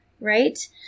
right